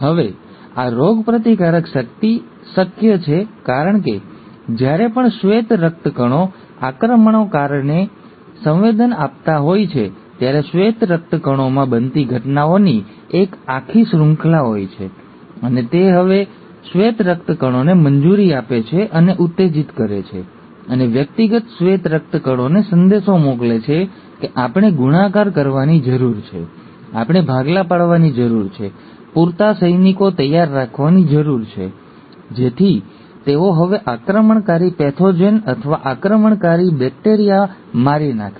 હવે આ રોગપ્રતિકારક શક્તિ શક્ય છે કારણ કે જ્યારે પણ શ્વેત રક્તકણો આક્રમણકારોને સંવેદન આપતા હોય છે ત્યારે શ્વેત રક્તકણોમાં બનતી ઘટનાઓની એક આખી શૃંખલા હોય છે અને તે હવે શ્વેત રક્તકણોને મંજૂરી આપે છે અને ઉત્તેજિત કરે છે અને વ્યક્તિગત શ્વેત રક્તકણોને સંદેશો મોકલે છે કે આપણે ગુણાકાર કરવાની જરૂર છે આપણે ભાગલા પાડવાની જરૂર છે પૂરતા સૈનિકો તૈયાર રાખવાની જરૂર છે જેથી તેઓ હવે આક્રમણકારી પેથોજેન અથવા આક્રમણકારી બેક્ટેરિયાને મારી નાખે